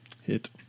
hit